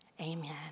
Amen